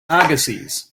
agassiz